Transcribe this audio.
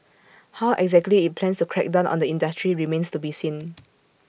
how exactly IT plans to crack down on the industry remains to be seen